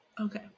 Okay